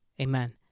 amen